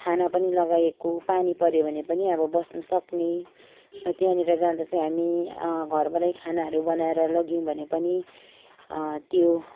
छाना पनि लगाइएको पानी पऱ्यो भने पनि अब बस्नु सक्ने र त्यहाँनिर जाँदा चाहिँ हामी घरबाटै खानाहरू बनाएर लग्यौँ भने पनि़ त्यो